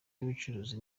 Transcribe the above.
y’ubucuruzi